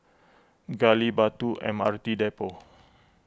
Gali Batu M R T Depot